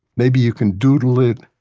maybe you can doodle it